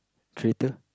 traitor